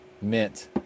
mint